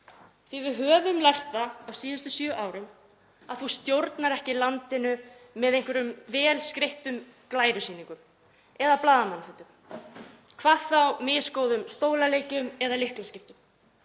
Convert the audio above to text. að við höfum lært það á síðustu sjö árum að þú stjórnar ekki landinu með einhverjum vel skreyttum glærusýningum eða blaðamannafundum, hvað þá misgóðum stólaleikjum eða lyklaskiptum.